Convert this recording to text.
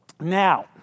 Now